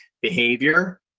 behavior